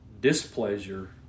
displeasure